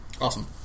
Awesome